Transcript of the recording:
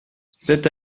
sept